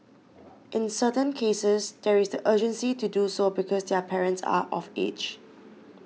in certain cases there is the urgency to do so because their parents are of age